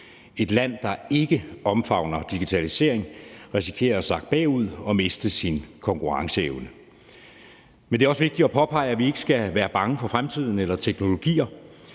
Et land, der ikke omfavner digitalisering, risikerer at sakke bagud og miste sin konkurrenceevne. Men det er også vigtigt at påpege, at vi ikke skal være bange for fremtiden eller teknologier.